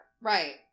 Right